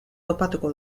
topatuko